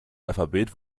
alphabet